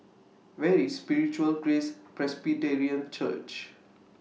Where IS Spiritual Grace Presbyterian Church